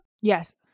Yes